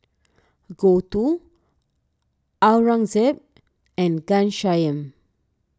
Gouthu Aurangzeb and Ghanshyam